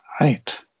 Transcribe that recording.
Right